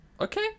Okay